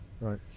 Right